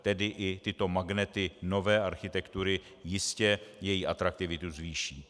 Tedy i tyto magnety nové architektury jistě její atraktivitu zvýší.